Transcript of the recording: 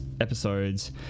episodes